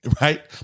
right